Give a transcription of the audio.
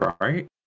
right